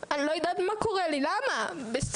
אני לא יודעת מה קורה לי.